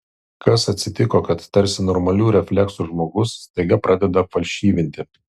kas atsitiko kad tarsi normalių refleksų žmogus staiga pradeda falšyvinti